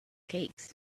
cakes